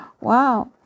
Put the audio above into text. Wow